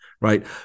Right